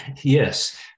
Yes